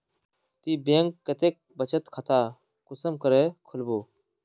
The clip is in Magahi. ती बैंक कतेक बचत खाता कुंसम करे खोलबो?